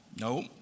No